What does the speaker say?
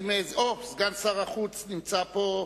סגן שר החוץ נמצא פה,